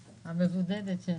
המבודדת.